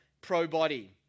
pro-body